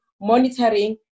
monitoring